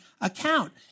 account